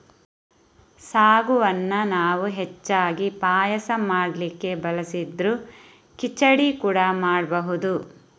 ಸಾಗುವನ್ನ ನಾವು ಹೆಚ್ಚಾಗಿ ಪಾಯಸ ಮಾಡ್ಲಿಕ್ಕೆ ಬಳಸಿದ್ರೂ ಖಿಚಡಿ ಕೂಡಾ ಮಾಡ್ಬಹುದು